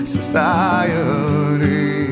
Society